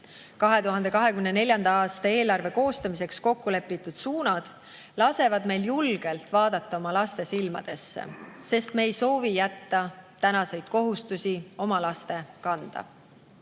2024. aasta eelarve koostamiseks kokku lepitud suunad lasevad meil julgelt vaadata oma laste silmadesse, sest me ei soovi jätta tänaseid kohustusi oma laste kanda.